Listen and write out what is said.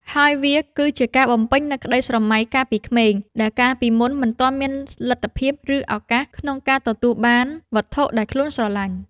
ហើយវាគឺជាការបំពេញនូវក្ដីស្រមៃកាលពីក្មេង ដែលកាលពីមុនមិនទាន់មានលទ្ធភាព ឬឱកាសក្នុងការទទួលបានវត្ថុដែលខ្លួនស្រឡាញ់។